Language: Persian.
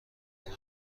دیده